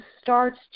starts